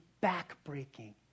back-breaking